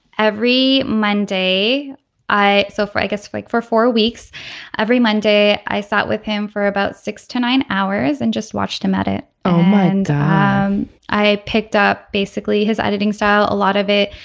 every monday i. so for i guess like for four weeks every monday i sat with him for about six to nine hours and just watched him at it and i picked up basically his editing style a lot of it.